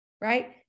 right